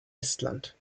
estland